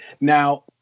Now